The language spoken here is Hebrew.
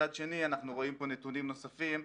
מצד שני אנחנו רואים פה נתונים נוספים: